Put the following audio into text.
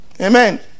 amen